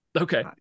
Okay